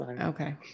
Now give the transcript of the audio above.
Okay